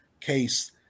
case